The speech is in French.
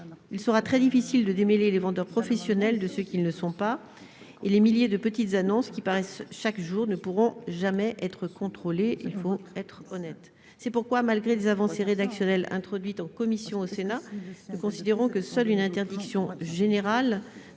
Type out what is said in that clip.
Il sera très difficile de distinguer les vendeurs professionnels de ceux qui ne le sont pas. Les milliers de petites annonces qui paraissent chaque jour ne pourront jamais être contrôlées, soyons honnêtes ! C'est pourquoi, malgré des avancées rédactionnelles introduites en commission au Sénat, nous considérons que seule une interdiction générale